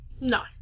No